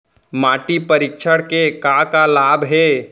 माटी परीक्षण के का का लाभ हे?